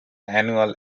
annual